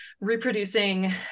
reproducing